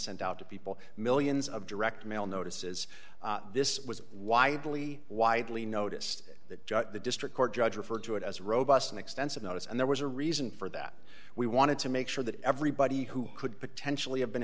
sent out to people millions of direct mail notices this was widely widely noticed that the district court judge referred to it as robust and extensive notice and there was a reason for that we wanted to make sure that everybody who could potentially have been